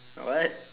what